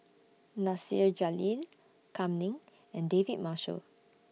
Nasir Jalil Kam Ning and David Marshall